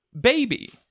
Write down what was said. Baby